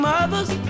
Mothers